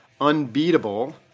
unbeatable